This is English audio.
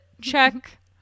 Check